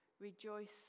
rejoice